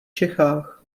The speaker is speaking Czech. čechách